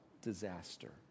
disaster